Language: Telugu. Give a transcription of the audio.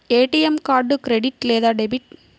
ఏ.టీ.ఎం కార్డు క్రెడిట్ లేదా డెబిట్?